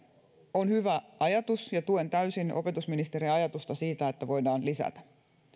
on hyvä ajatus ja tuen täysin opetusministerin ajatusta siitä että voidaan lisätä